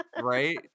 Right